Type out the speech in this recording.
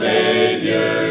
Savior